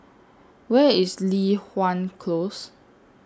Where IS Li Hwan Close